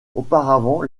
auparavant